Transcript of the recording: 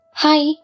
Hi